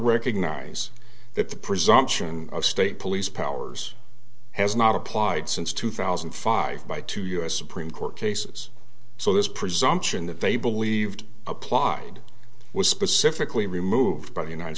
recognize that the presumption of state police powers has not applied since two thousand and five by two u s supreme court cases so this presumption that they believed applied was specifically removed by the united